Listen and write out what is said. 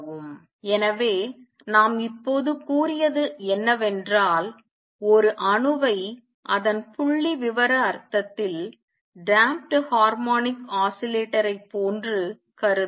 எனவே நாம் இப்போது கூறியது என்னவென்றால் ஒரு அணுவை அதன் புள்ளிவிவர அர்த்தத்தில் damped ஹார்மோனிக் ஆஸிலேட்டர் ஐ போன்று கருதுங்கள்